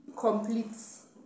completes